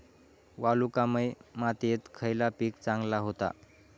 वालुकामय मातयेत खयला पीक चांगला होता?